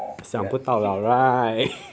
想不到了 right